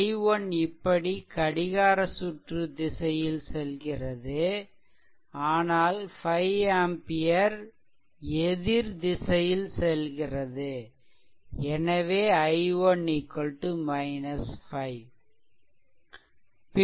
i1 இப்படி கடிகார சுற்று திசையில் செல்கிறது ஆனால் 5 ஆம்பியர் எதிர் திசையில் செல்கிறது எனவே i1 5